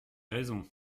raison